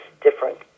different